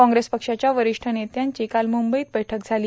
काँग्रेस पक्षाच्या वरिष्ठ नेत्यांची काल मुंबईत बैठक झाली